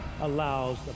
allows